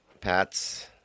pats